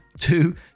Two